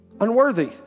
Unworthy